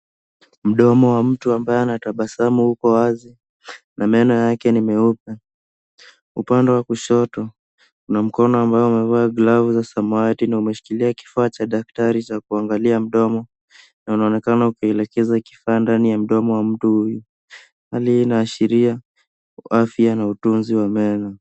Mdomo wa mtu anayetabasamu uko wazi na meno yake ni meupe. Upande wa kushoto kuna mkono ambao umevaa glavu za samawati na umeshikilia kifaa cha daktari cha kuangalia mdomo na unaonekana ukielekeza kifaa ndani ya mdomo wa mtu huyu. Hali hii inaashiria afya na utunzi wa meno.